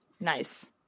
nice